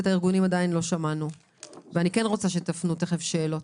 אני ארצה שתפנו שאלות.